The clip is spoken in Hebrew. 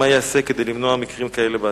2. מה ייעשה כדי למנוע מקרים כאלה בעתיד?